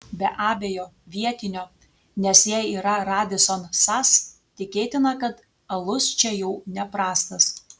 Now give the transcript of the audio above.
be abejo vietinio nes jei yra radisson sas tikėtina kad alus čia jau neprastas